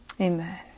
Amen